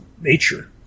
nature